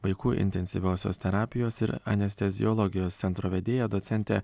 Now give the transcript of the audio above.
vaikų intensyviosios terapijos ir anesteziologijos centro vedėja docentė